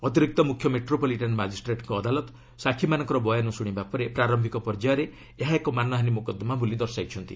ଅତିରିକ୍ତ ମ୍ରଖ୍ୟ ମେଟ୍ରୋପଲିଟାନ୍ ମାଜିଷ୍ଟ୍ରେଙ୍କ ଅଦାଲତ ସାକ୍ଷୀମାନଙ୍କର ବୟାନ ଶ୍ରଶିବା ପରେ ପ୍ରାର ପର୍ଯ୍ୟାୟରେ ଏହା ଏକ ମାନହାନୀ ମୋକଦ୍ଦମା ବୋଲି ଦଶାଇଛନ୍ତି